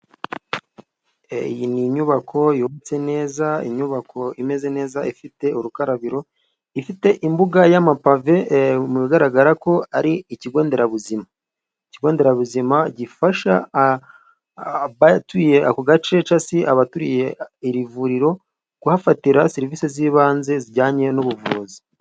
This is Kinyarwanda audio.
Iyi ni inyubako yubatse neza inyubako imeze neza ifite urukarabiro, ifite imbuga y'amapave bigaragarako ari ikigo nderabuzima. Ikigo nderabuzima gifasha abatuye ako gace cyangwa se abaturiye iri vuriro, kuhafatira serivisi z'ibanze zijyanye n'ubuvuzi.